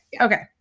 Okay